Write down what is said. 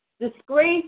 Disgrace